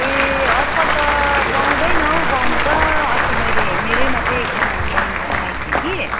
ए आजकल त पाउँदैन हौ पाउनु त अस्ति मैले मेरैमा चाहिँ एकजना बहिनीलाई राखेको थिएँ कि